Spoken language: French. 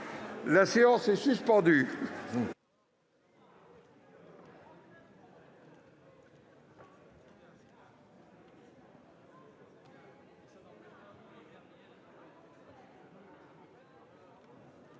La séance est suspendue.